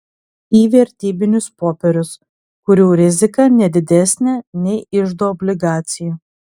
į vertybinius popierius kurių rizika ne didesnė nei iždo obligacijų